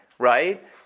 Right